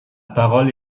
parole